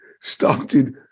started